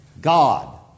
God